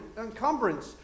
encumbrance